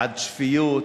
בעד שפיות,